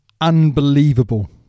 unbelievable